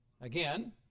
again